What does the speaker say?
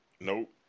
Nope